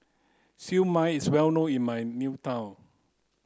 Siew Mai is well known in my